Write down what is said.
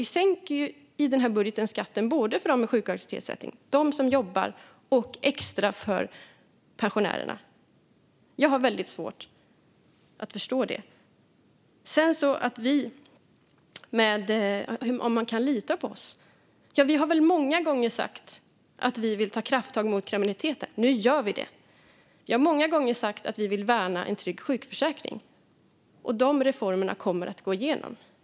I den här budgeten sänker vi skatten såväl för dem med sjuk och aktivitetsersättning som för dem som jobbar och extra för pensionärerna. Jag har svårt att förstå varför det inte skulle gynna dem. När det gäller om man kan lita på oss har vi väl många gånger sagt att vi vill ta krafttag mot kriminaliteten. Nu gör vi det. Vi har många gånger sagt att vi vill värna en trygg sjukförsäkring. De reformerna kommer nu att gå igenom.